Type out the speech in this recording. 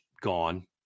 gone